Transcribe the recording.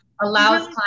allows